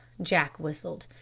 jack whistled.